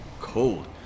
Cold